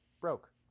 broke